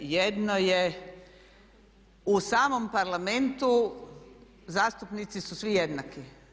Jedno je u samom Parlamentu zastupnici su svi jednaki.